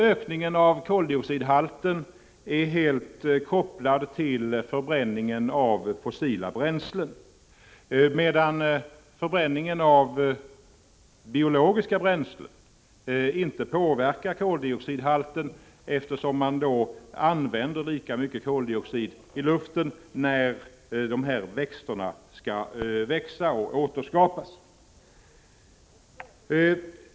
Ökningen av koldioxidhalten är helt kopplad till förbränningen av fossila bränslen, medan förbränningen av biologiska bränslen inte påverkar koldioxidhalten, eftersom man då använder lika mycket koldioxid i luften när växter skall växa och återskapas.